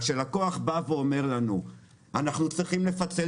כשלקוח בא ואומר לנו שהם צריכים לפצל